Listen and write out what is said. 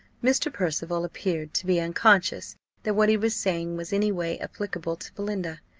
mr. percival appeared to be unconscious that what he was saying was any way applicable to belinda.